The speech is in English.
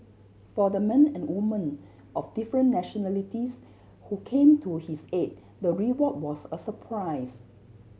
for the men and women of different nationalities who came to his aid the reward was a surprise